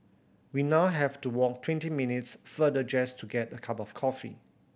we now have to walk twenty minutes farther just to get a cup of coffee